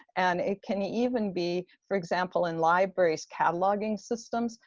and it can even be, for example in libraries cataloging systems.